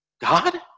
God